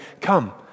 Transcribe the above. come